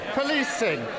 policing